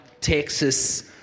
Texas